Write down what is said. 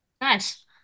Nice